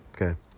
Okay